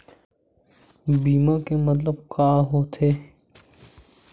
बीमा के मतलब का होथे?